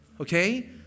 Okay